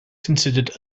considered